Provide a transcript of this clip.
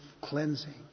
cleansing